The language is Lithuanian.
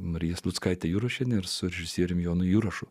marija sluckaite jurašiene ir su režisieriumi jonu jurašu